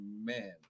Amen